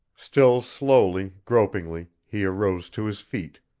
still slowly, gropingly, he arose to his feet,